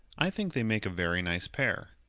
i think they make a very nice pair.